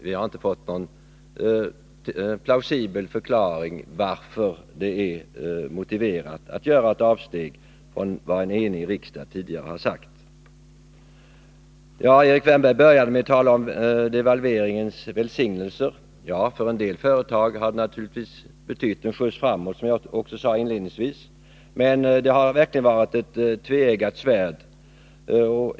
Vi har inte fått någon plausibel förklaring till varför det är motiverat att göra ett avsteg från det som en enig riksdag tidigare har sagt. Erik Wärnberg började med att tala om devalveringens välsignelser. Ja, för en del företag har den naturligtvis betytt en skjuts framåt, som jag också sade inledningsvis. Men det har verkligen varit ett tveeggat svärd.